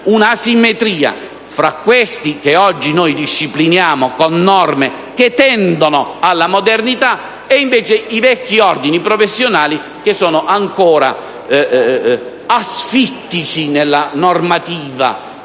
un'asimmetria tra questi che oggi noi discipliniamo con norme che tendono alla modernità e, invece, i vecchi ordini professionali che sono ancora asfittici nella normativa